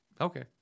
Okay